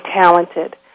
talented